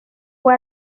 fue